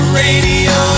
radio